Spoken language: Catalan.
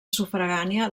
sufragània